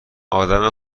آدم